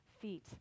feet